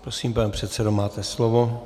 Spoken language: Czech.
Prosím, pane předsedo, máte slovo.